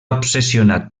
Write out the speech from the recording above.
obsessionat